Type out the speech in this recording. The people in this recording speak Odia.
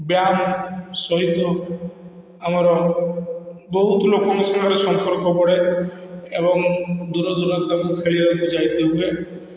ବ୍ୟାୟାମ ସହିତ ଆମର ବହୁତ ଲୋକଙ୍କ ସହିତ ସମ୍ପର୍କ ବଢ଼େ ଏବଂ ଦୂର ଦୂରାନ୍ତ ଖେଳିବାକୁ ଯାଇତେ ହୁଏ